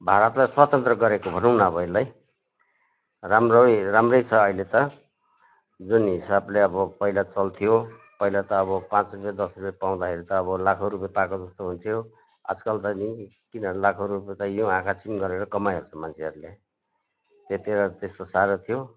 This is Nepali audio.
भारतलाई स्वतन्त्र गरेको भनौँ न अब यसलाई राम्रै राम्रै छ अहिले त जुन हिसाबले अब पहिला चल्थ्यो पहिला त अब पाँच रुपियाँ दस रुपियाँ पाउँदाखेरि त अब लाखौँ रुपियाँ पाएको जस्तो हुन्थ्यो आजकल त नि किन लाखौँ रुपियाँ त युँ आँखा चिम गरेर कमाइहाल्छ मान्छेहरूले त्यति बेला त्यस्तो साह्रो थियो